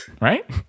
Right